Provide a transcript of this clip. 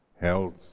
health